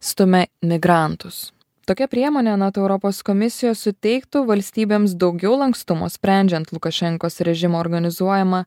stumia migrantus tokia priemonė anot europos komisijos suteiktų valstybėms daugiau lankstumo sprendžiant lukašenkos režimo organizuojamą